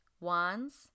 wands